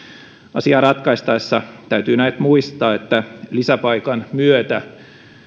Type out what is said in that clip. asiaa ratkaistaessa täytyy näet muistaa että lisäpaikan myötä